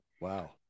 Wow